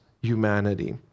humanity